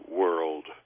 world